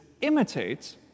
imitate